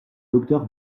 docteur